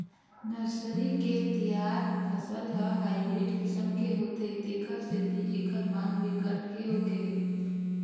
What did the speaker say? nursery के तइयार फसल ह हाइब्रिड किसम के होथे तेखर सेती एखर मांग बिकट के होगे हे